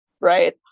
right